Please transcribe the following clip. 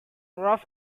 rough